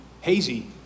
hazy